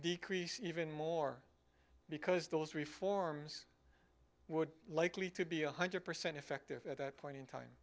decrease even more because those reforms would likely to be one hundred percent effective at that point in time